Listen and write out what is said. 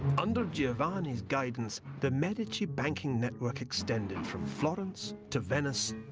under giovanni's guidance, the medici banking network extended from florence, to venice,